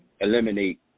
eliminate